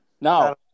Now